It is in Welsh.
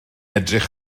edrych